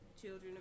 children